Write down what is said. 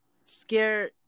scare